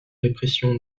répression